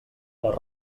les